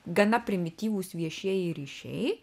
gana primityvūs viešieji ryšiai